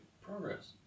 progress